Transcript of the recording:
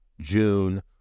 June